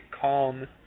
calm